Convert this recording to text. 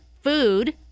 food